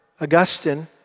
Augustine